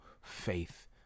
faith